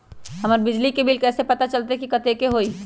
हमर बिजली के बिल कैसे पता चलतै की कतेइक के होई?